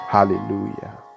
Hallelujah